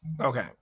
Okay